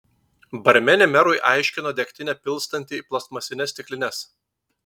barmenė merui aiškino degtinę pilstanti į plastmasines stiklines